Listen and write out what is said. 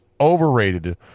overrated